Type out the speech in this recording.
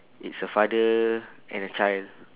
it's a father and a child